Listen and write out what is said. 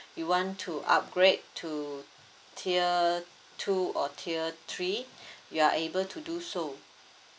you want to upgrade to tier two or tier three you are able to do so